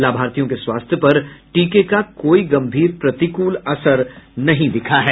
लाभार्थियों के स्वास्थ्य पर टीके का कोई गंभीर प्रतिकूल असर नहीं दिखा है